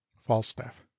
falstaff